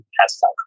pastel